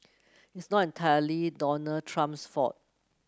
it's not entirely Donald Trump's fault